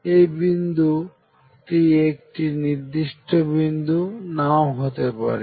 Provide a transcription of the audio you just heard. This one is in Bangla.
এই বিন্দুটি একটি নির্দিষ্ট বিন্দু নাও হতে পারে